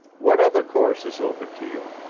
what other course is open to you?